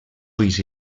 ulls